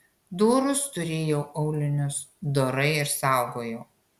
dorus turėjau aulinius dorai ir saugojau